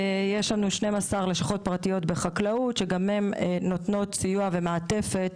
יש לנו 12 לשכות פרטיות בחקלאות שגם הן נותנות סיוע ומעטפת